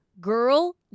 girl